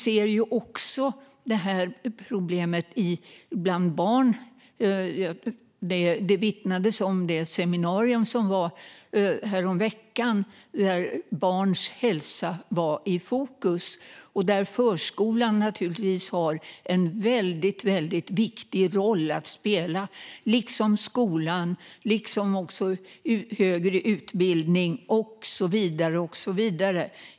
Vi ser också det här problemet bland barn. Det vittnades om detta på det seminarium som hölls häromveckan, där barns hälsa var i fokus. Här har förskolan naturligtvis en väldigt viktig roll att spela, liksom skolan, högre utbildning och så vidare.